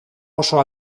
oso